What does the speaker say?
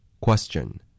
Question